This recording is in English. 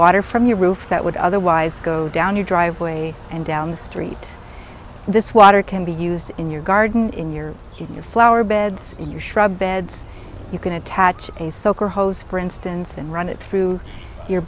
water from your roof that would otherwise go down your driveway and down the street this water can be used in your garden in your heating your flower beds in your shrubs beds you can attach a soaker hose for instance and run it through your